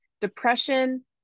depression